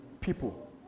people